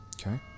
Okay